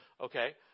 Okay